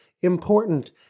important